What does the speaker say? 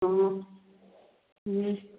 ꯑꯣ ꯎꯝ